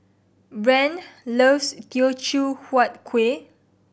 Brande loves Teochew Huat Kueh